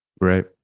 right